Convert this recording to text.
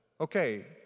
Okay